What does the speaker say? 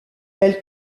elle